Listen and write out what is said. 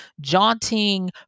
jaunting